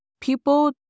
People